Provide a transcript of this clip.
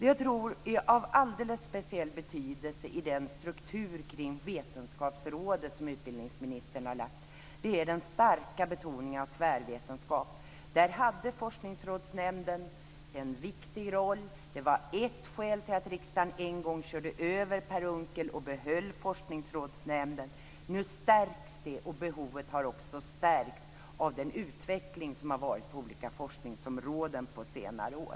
Jag tror att en alldeles speciell betydelse i fråga om den struktur kring vetenskapsrådet som utbildningsministern har lagt fram förslag om är den starka betoningen av tvärvetenskap. Forskningsrådsnämnden hade där en viktig roll. Det var ett skäl till att riksdagen en gång körde över Per Unckel och behöll Forskningsrådsnämnden. Nu blir det en förstärkning där. Behovet har också stärkts av den utveckling som varit på olika forskningsområden under senare år.